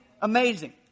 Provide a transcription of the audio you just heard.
amazing